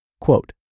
Quote